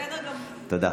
תודה.